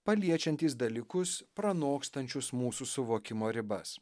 paliečiantys dalykus pranokstančius mūsų suvokimo ribas